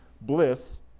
bliss